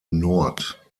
nord